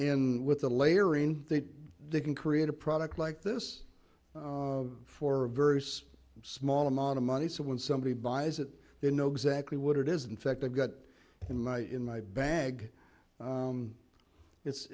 and with the layering they can create a product like this for various small amount of money so when somebody buys it they know exactly what it is in fact i've got it in my in my bag it's